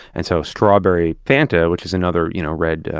and so, strawberry fanta, which is another you know red,